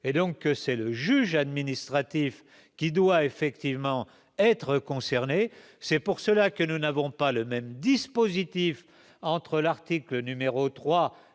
et donc c'est le juge administratif, qui doit effectivement être concernés, c'est pour cela que nous n'avons pas le même dispositif entre l'article numéro 3